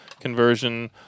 conversion